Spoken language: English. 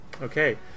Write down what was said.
Okay